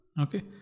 Okay